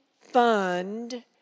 fund